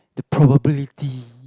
the probability